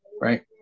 right